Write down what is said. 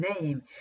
name